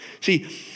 See